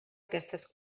aquestes